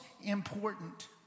important